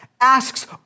asks